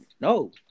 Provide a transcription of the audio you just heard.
no